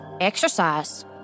Exercise